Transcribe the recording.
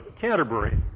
Canterbury